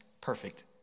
perfect